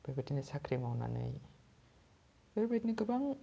बेबायदि साख्रि मावनानै बेबायदिनो गोबां